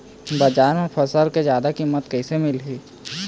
बजार म फसल के जादा कीमत कैसे मिलही?